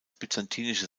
byzantinische